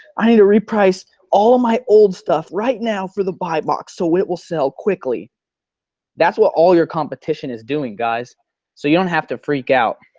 i need to reprice all my old stuff right now for the buy box so it will sell quickly that's what all your competition is doing guys so you don't have to freak out.